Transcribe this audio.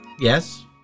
Yes